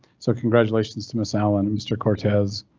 so congratulations to ms allan, mr cortez,